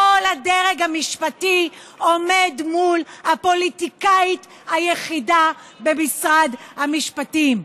כל הדרג המשפטי עומד מול הפוליטיקאית היחידה במשרד המשפטים.